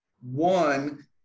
One